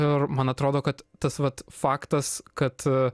ir man atrodo kad tas vat faktas kad